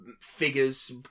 figures